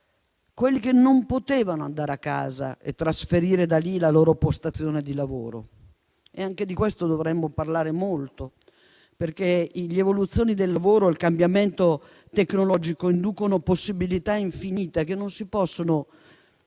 quelli che non potevano andare a casa e trasferire lì la loro postazione di lavoro. Anche di questo dovremmo parlare molto, perché le evoluzioni del lavoro e il cambiamento tecnologico inducono possibilità infinite che non si possono